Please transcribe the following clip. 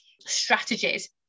strategies